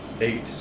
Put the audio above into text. Eight